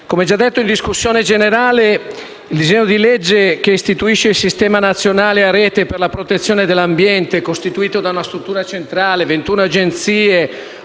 come già detto in discussione generale, il disegno di legge che istituisce il Sistema nazionale a rete per la protezione dell'ambiente, costituito da una struttura centrale e 21 Agenzie